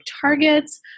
targets